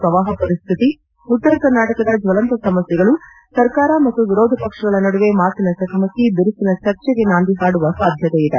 ಪ್ರವಾಹ ಪರಿಸ್ಥಿತಿ ಉತ್ತರ ಕರ್ನಾಟಕದ ಜ್ವಲಂತ ಸಮಸ್ಯೆಗಳು ಸರ್ಕಾರ ಮತ್ತು ವಿರೋಧ ಪಕ್ಷಗಳ ನಡುವೆ ಮಾತಿನ ಚಕಮಕಿ ಬಿರುಸಿನ ಚರ್ಚೆಗೆ ನಾಂದಿ ಹಾಡುವ ಸಾಧ್ಯತೆ ಇದೆ